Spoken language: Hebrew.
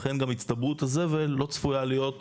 לכן גם הצטברות הזבל לא צפויה להיות חריגה.